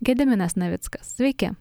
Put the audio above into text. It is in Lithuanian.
gediminas navickas sveiki